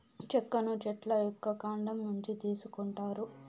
చెక్కను చెట్ల యొక్క కాండం నుంచి తీసుకొంటారు